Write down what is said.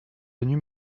venu